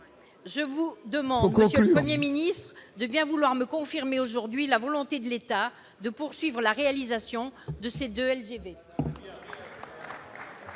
je vous demande, monsieur le Premier ministre, de bien vouloir me confirmer aujourd'hui la volonté de l'État de poursuivre la réalisation de ces deux LGV.